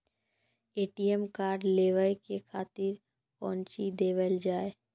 ATM card लेवे के खातिर कौंची देवल जाए?